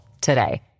today